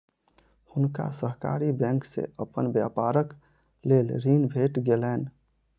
हुनका सहकारी बैंक से अपन व्यापारक लेल ऋण भेट गेलैन